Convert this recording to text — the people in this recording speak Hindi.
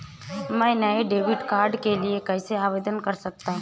मैं नए डेबिट कार्ड के लिए कैसे आवेदन कर सकता हूँ?